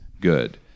good